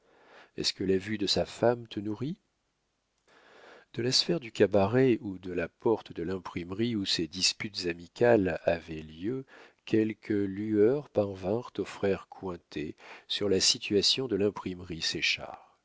est-ce que la vue de sa femme te nourrit de la sphère du cabaret ou de la porte de l'imprimerie où ces disputes amicales avaient lieu quelques lueurs parvinrent aux frères cointet sur la situation de l'imprimerie